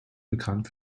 bekannt